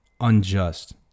unjust